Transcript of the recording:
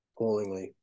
callingly